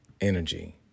energy